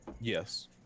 Yes